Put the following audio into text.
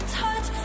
touch